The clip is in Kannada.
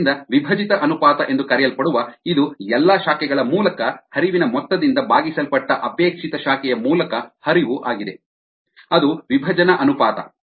ಆದ್ದರಿಂದ ವಿಭಜಿತ ಅನುಪಾತ ಎಂದು ಕರೆಯಲ್ಪಡುವ ಇದು ಎಲ್ಲಾ ಶಾಖೆಗಳ ಮೂಲಕ ಹರಿವಿನ ಮೊತ್ತದಿಂದ ಭಾಗಿಸಲ್ಪಟ್ಟ ಅಪೇಕ್ಷಿತ ಶಾಖೆಯ ಮೂಲಕ ಹರಿವು ಆಗಿದೆ ಅದು ವಿಭಜನಾ ಅನುಪಾತ